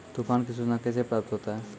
तुफान की सुचना कैसे प्राप्त होता हैं?